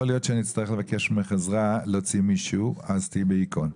יכול להיות שאני אצטרך לבקש ממך עזרה להוציא מישהו אז תהיה בהיכון.